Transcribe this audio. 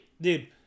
dude